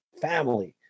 family